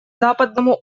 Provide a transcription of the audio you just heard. западному